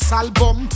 album